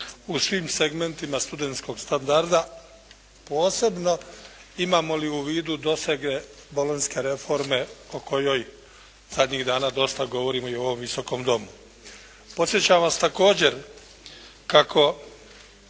u svim segmentima studentskog standarda posebno imamo li u vidu dosege bolonjske reforme o kojoj zadnjih dana dosta govorimo i u ovom Visokom domu. Podsjećam vas također kako